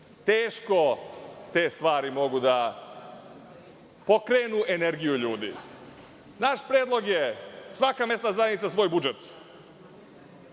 Teško te stvari mogu da pokrenu energiju ljudi. Naš predlog je – svaka mesna zajednica svoj budžet,